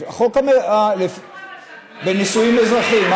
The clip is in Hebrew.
בנישואים אזרחיים,